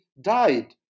died